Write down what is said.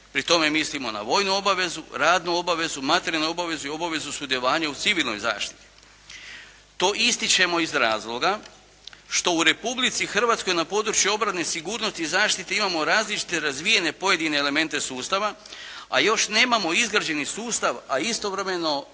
Pri tome mislimo na vojnu obavezu, radnu obavezu, materijalnu obavezu i obavezu sudjelovanja u civilnoj zaštiti. To ističemo iz razloga što u Republici Hrvatskoj na području obrane, sigurnosti i zaštite imamo različite razvijene pojedine elemente sustava, a još nemamo izgrađeni sustav, a istovremeno